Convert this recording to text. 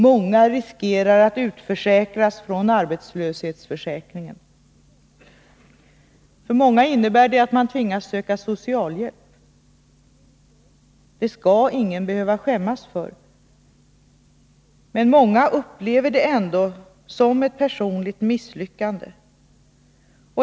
Många riskerar att utförsäkras från arbetslöshetsförsäkringen. För många innebär det att de tvingas söka socialhjälp. Det skall ingen behöva skämmas för, men många upplever det ändå som ett personligt misslyckande.